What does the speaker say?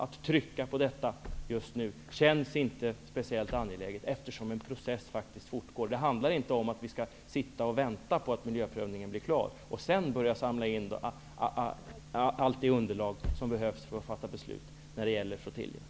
Att trycka på detta just nu känns inte speciellt angeläget, eftersom en process faktiskt fortgår. Det handlar inte om att vi bara skall vänta på att miljöprövningen blir klar för att sedan börja samla in allt det underlag som behövs för ett beslut om flottiljerna.